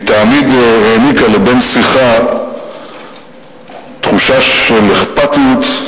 היא תמיד העניקה לבן-שיחה תחושה של אכפתיות,